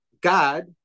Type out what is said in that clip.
God